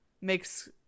makes